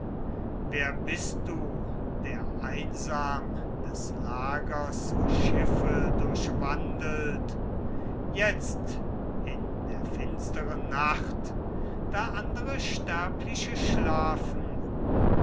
wer bist du der einsam des lagers schiffe durchwandelt jetzt in der finsteren nacht da andere sterbliche schlafen